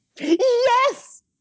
Yes